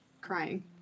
crying